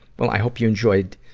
well, i hope you enjoyed,